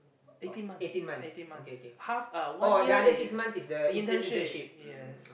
eighteen months eighteen months half a one year is internship yes